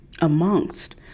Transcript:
amongst